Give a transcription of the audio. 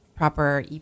proper